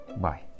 Bye